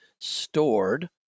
stored